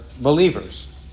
believers